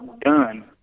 done